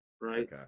right